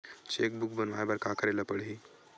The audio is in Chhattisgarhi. चेक बुक बनवाय बर का करे ल पड़हि?